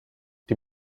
die